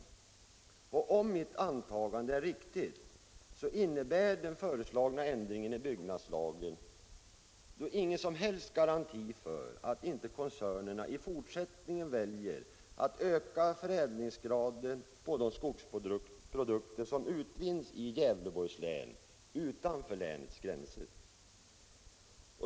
Om mitt — Om åtgärder för att antagande är riktigt, betyder den föreslagna ändringen i byggnadslagen = säkerställa sysselingen som helst garanti för att inte koncernerna i fortsättningen väljer — sättningen i att i ökad grad förädla de skogsprodukter som utvinns i Gävleborgs län = Gävleborgs län, utanför länets gränser.